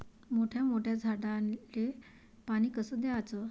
मोठ्या मोठ्या झाडांले पानी कस द्याचं?